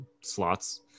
slots